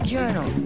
Journal